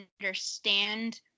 understand